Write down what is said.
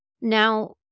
Now